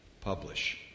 publish